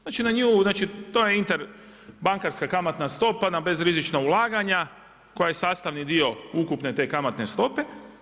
Znači na nju, znači to je interbankarska kamatna stopa na bezrizična ulaganja koja je sastavni dio ukupne te kamatne stope.